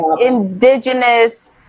indigenous